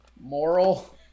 moral